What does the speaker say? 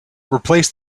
replace